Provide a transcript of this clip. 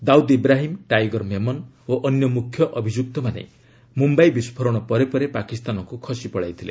Dawood Ibrahim Tiger Memon ଓ ଅନ୍ୟ ମୁଖ୍ୟଅଭିଯୁକ୍ତମାନେ ମୁମ୍ବାଇ ବିସ୍କୋରଣ ପରେ ପରେ ପାକିସ୍ତାନକୁ ଖସି ପଳାଇଥିଲେ